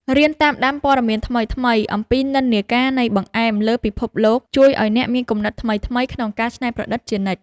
រៀនតាមដានព័ត៌មានថ្មីៗអំពីនិន្នាការនៃបង្អែមលើពិភពលោកជួយឱ្យអ្នកមានគំនិតថ្មីៗក្នុងការច្នៃប្រឌិតជានិច្ច។